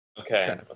okay